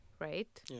right